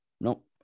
Nope